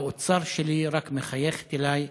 והאוצר שלי רק מחייכת אלי,